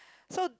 so